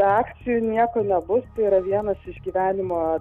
be akcijų nieko nebus tai yra vienas iš gyvenimo